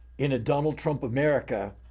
in a donald trump america,